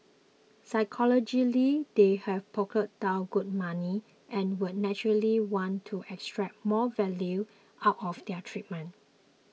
psychologically they've plonked down good money and would naturally want to extract more value out of their treatment